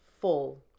full